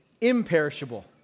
imperishable